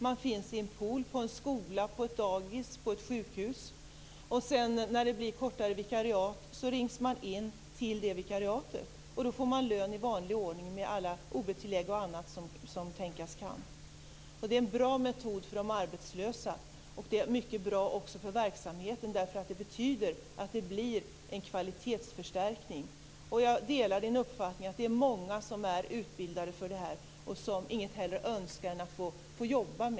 Man finns i en pool på en skola, på ett dagis, på ett sjukhus. När det blir ett kortare vikariat blir man kallad till det vikariatet. Då får man lön i vanlig ordning med alla ob-tillägg och annat som tänkas kan. Det är en bra metod för de arbetslösa, och det är mycket bra för verksamheten. Det betyder att det blir en kvalitetsförstärkning. Jag delar Gunnar Goudes uppfattning att det är många som är utbildade för detta och som inget hellre önskar än att få jobba.